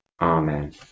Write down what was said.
Amen